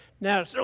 Now